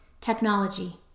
technology